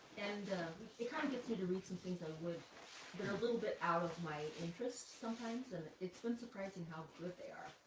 and kind of gets me to read some things i would that are a little bit out of my interests sometimes, and it's been surprising how good they are.